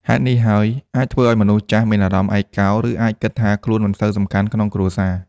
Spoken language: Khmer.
ហេតុនេះហើយ អាចធ្វើឱ្យមនុស្សចាស់មានអារម្មណ៍ឯកោ ឬអាចគិតថាខ្លួនមិនសូវសំខាន់នៅក្នុងគ្រួសារ។